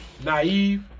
naive